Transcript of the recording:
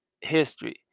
history